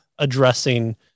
addressing